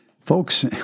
Folks